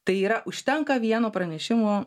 tai yra užtenka vieno pranešimo